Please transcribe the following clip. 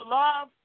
love